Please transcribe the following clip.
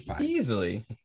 Easily